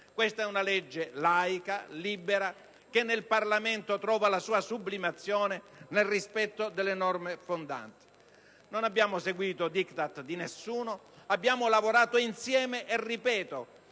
Questa è una legge laica, libera, che nel Parlamento trova la sua sublimazione nel rispetto delle norme fondanti. Non abbiamo seguito i *diktat* di nessuno, abbiamo lavorato insieme e - ripeto